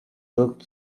looked